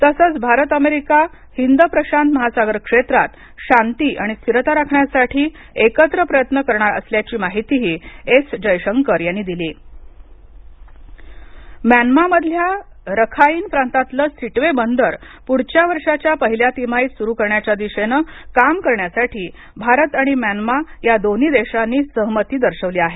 तसच भारत अमेरिका हिंद प्रशांत महासागर क्षेत्रात शांती आणि स्थिरता राखण्यासाठी एकत्र प्रयत्न करणार असल्याची माहितीही एस जय शंकर यांनी दिली भारत म्यानमा म्यानमा मधल्या रखाईन प्रांतातलं सिटवे बंदर पुढच्या वर्षाच्या पहिल्या तिमाहीत सुरू करण्याच्या दिशेनं काम करण्यासाठी भारत आणि म्यानमा या दोन्ही देशांनी सहमती दर्शवली आहे